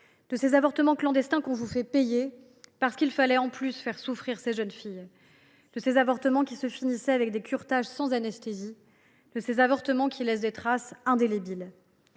de ces avortements qu’on vous fait payer, puisqu’il fallait en plus faire souffrir ces jeunes filles, de ces avortements qui se finissaient avec des curetages sans anesthésie et qui laissent des traces indélébiles.